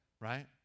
right